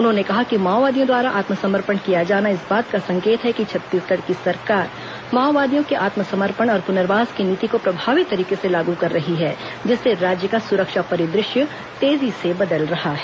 उन्होंने कहा कि माओवादियों द्वारा आत्मसमर्पण किया जाना इस बात का संकेत है कि छत्तीसगढ़ की सरकार माओवादियों के आत्मसमर्पण और पुनर्वास की नीति को प्रभावी तरीके से लागू कर रही है जिससे राज्य का सुरक्षा परिदृश्य तेजी से बदल रहा है